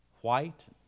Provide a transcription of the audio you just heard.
white